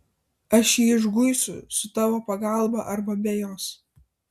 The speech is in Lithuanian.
aš jį išguisiu su tavo pagalba arba be jos